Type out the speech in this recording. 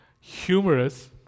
humorous